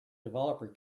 developer